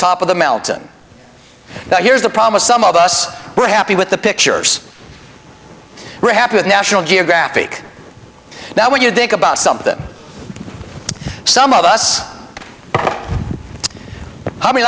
top of the melton that here's the promise some of us were happy with the pictures we're happy with national geographic now when you think about something some of us i mean